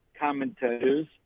commentators